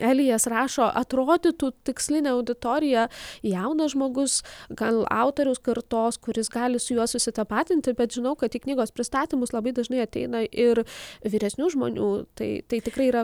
elijas rašo atrodytų tikslinę auditoriją jaunas žmogus gal autoriaus kartos kuris gali su juo susitapatinti bet žinau kad į knygos pristatymus labai dažnai ateina ir vyresnių žmonių tai tikrai yra